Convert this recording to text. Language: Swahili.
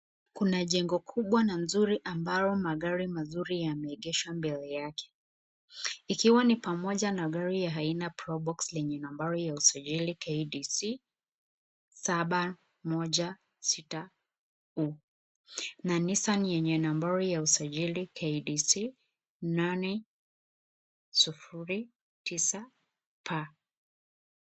Kuna jengo kubwa nzuri ambalo magari mazuri yameegeshwa mbele yake ikiwa ni pamoja na gari ya aina brobox yenye nambari ya usajili KDC 716U na Nissan yenye nambari ya usajili KDC 809P.